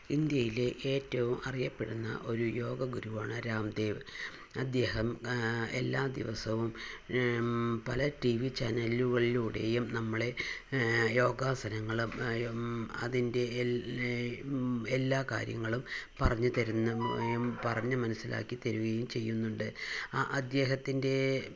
ഇന്ത്യയിലെ ഏറ്റവും അറിയപ്പെടുന്ന ഒരു യോഗ ഗുരുവാണ് രാംദേവ് അദ്ദേഹം എല്ലാ ദിവസവും പല ടീവി ചാനല്കളിലൂടെയും നമ്മളെ യോഗാസനങ്ങളും അതിൻ്റെ എല്ലാ കാര്യങ്ങളും പറഞ്ഞ് തരുന്നു പറഞ്ഞ് മനസ്സിലാക്കി തരികയും ചെയ്യുന്നുണ്ട് അദ്ദേഹത്തിൻ്റെ